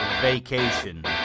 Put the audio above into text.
vacation